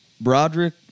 Broderick